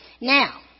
Now